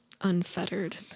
unfettered